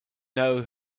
know